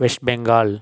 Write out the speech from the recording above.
West Bengal